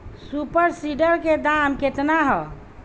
Super seeder के दाम केतना ह?